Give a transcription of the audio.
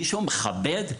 מישהו מכבד?